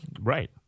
Right